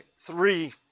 three